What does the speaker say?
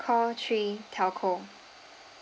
call three telco